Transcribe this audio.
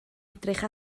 edrych